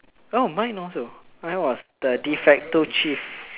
oh mine also mine was the de facto chief